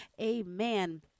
amen